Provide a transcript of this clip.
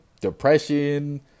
depression